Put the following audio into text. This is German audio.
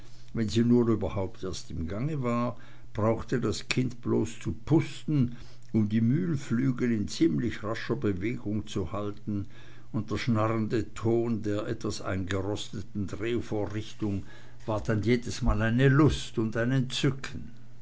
wenn sie nur überhaupt erst im gange war brauchte das kind bloß zu pusten um die mühlflügel in ziemlich rascher bewegung zu halten und der schnarrende ton der etwas eingerosteten drehvorrichtung war dann jedesmal eine lust und ein entzücken